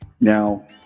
Now